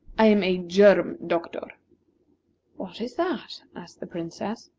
i am a germ-doctor. what is that? asked the princess.